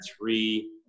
three